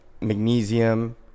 Magnesium